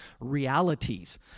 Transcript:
realities